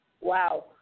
Wow